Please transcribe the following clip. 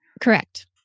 correct